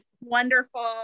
wonderful